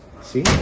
see